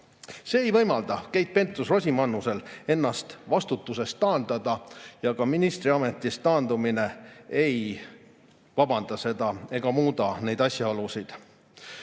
See ei võimalda Keit Pentus-Rosimannusel ennast vastutusest taandada ja ka ministriametist taandumine ei vabanda seda ega muuda neid asjaolusid.